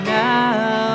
now